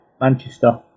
Manchester